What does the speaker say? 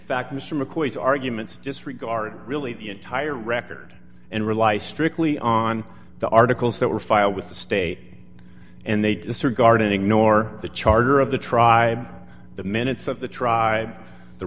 fact mr mccoy's arguments disregard really the entire record and rely strictly on the articles that were filed with the state and they disregard and ignore the charter of the tribe the minutes of the tribe the